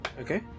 Okay